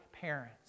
parents